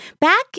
Back